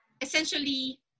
essentially